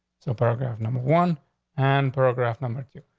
so paragraph number one and paragraph number two.